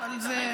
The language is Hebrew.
הממשלה.